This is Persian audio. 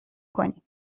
کنیم